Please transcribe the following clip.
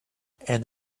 and